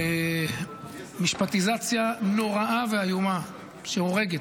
משפטיזציה נוראה ואיומה שהורגת,